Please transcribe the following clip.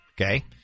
Okay